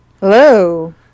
Hello